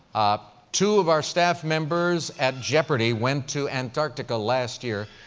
two of our staff members at jeopardy went to antarctica last year.